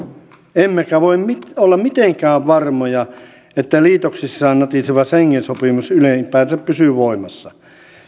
emmekä voi olla mitenkään varmoja että liitoksissaan natiseva schengen sopimus ylipäätänsä pysyy voimassa